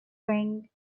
bring